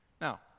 Now